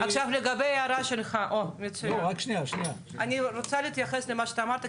יעקב מרגי, אתה רוצה להתייחס לפרק הפיקוח?